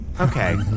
Okay